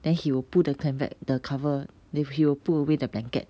then he will pull the clamp back the cover he will pull away the blanket